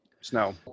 snow